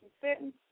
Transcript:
sitting